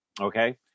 okay